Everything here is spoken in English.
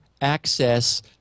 access